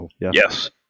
Yes